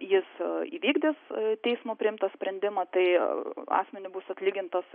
jis įvykdys teismo priimtą sprendimą tai asmeniui bus atlygintas